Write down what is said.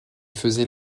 faisait